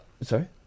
Sorry